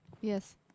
yes